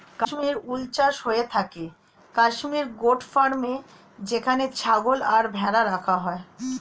Kashmir wool চাষ হয়ে থাকে কাশ্মীর গোট ফার্মে যেখানে ছাগল আর ভেড়া রাখা হয়